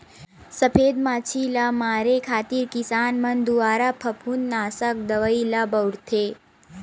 सफेद मांछी ल मारे खातिर किसान मन दुवारा फफूंदनासक दवई ल बउरथे